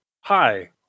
Hi